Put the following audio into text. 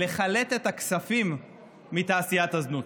לחלט את הכספים מתעשיית הזנות.